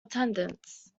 attendance